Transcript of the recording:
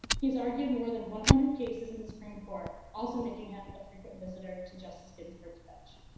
he's argued more than one hundred cases in the supreme court also making him a frequent visitor to justice ginsburg's bench.